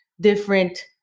different